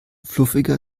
fluffiger